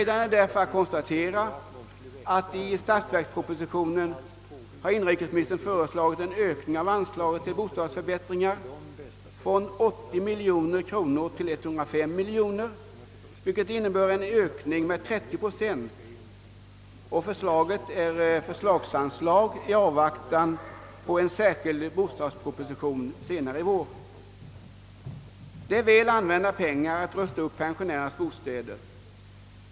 Det är därför glädjande att kunna konstatera att inrikesministern i statsverkspropositionen föreslagit en ökning av anslaget till bostadsförbättringar från 80 miljoner kronor till 105 miljoner kronor, vil ket innebär en höjning med 30 procent. Det rör sig om ett förslagsanslag i avvaktan på en särskild bostadsproposition senare i vår. Det är väl använda pengar att rusta upp Ppensionärernas bostäder.